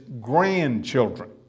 grandchildren